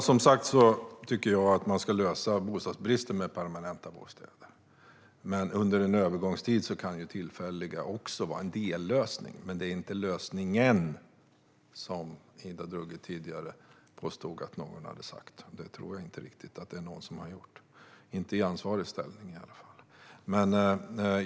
Herr talman! Jag tycker, som sagt, att man ska lösa bostadsbristen med permanenta bostäder. Under en övergångsperiod kan tillfälliga bostäder vara en dellösning, men det är inte hela lösningen, som Ida Drougge tidigare påstod att någon hade sagt. Det tror jag inte att det är någon som har sagt - i alla fall inte någon i ansvarig ställning.